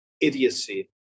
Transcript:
idiocy